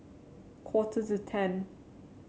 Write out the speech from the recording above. quarter to ten